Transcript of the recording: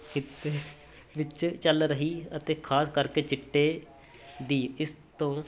ਖਿੱਤੇ ਵਿੱਚ ਚੱਲ ਰਹੀ ਅਤੇ ਖ਼ਾਸ ਕਰਕੇ ਚਿੱਟੇ ਦੀ ਇਸ ਤੋਂ